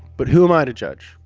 but who am i to judge?